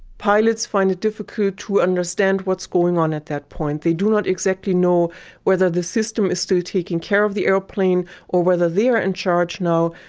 pilots find it difficult to understand what's going on at that point. they do not exactly know whether the system is still taking care of the airplane or whether they are in charge now,